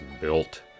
built